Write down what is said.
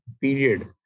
period